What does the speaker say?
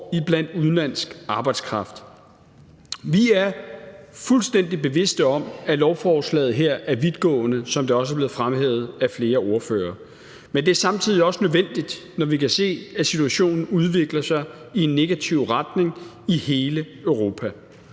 og blandt udenlandsk arbejdskraft. Vi er fuldstændig bevidste om, at lovforslaget her er vidtgående, som det også er blevet fremhævet af flere ordførere. Men det er samtidig også nødvendigt, når vi kan se, at situationen udvikler sig i en negativ retning i hele Europa.